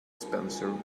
spencer